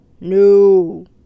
no